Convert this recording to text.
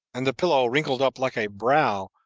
and the pillow wrinkled up like a brow,